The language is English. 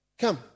come